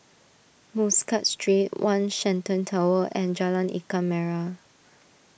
Muscat Street one Shenton Tower and Jalan Ikan Merah